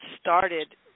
started